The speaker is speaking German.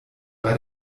bei